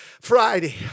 Friday